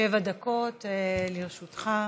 שבע דקות לרשותך.